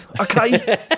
Okay